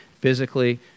physically